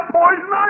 poison